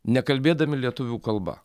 nekalbėdami lietuvių kalba